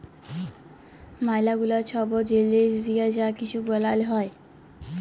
ম্যালা গুলা ছব জিলিস দিঁয়ে যা কিছু বালাল হ্যয়